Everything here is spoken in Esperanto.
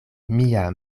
mia